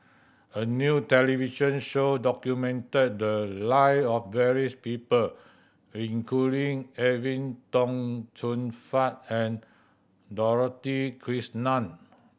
a new television show documented the live of various people including Edwin Tong Chun Fai and Dorothy Krishnan